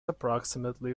approximately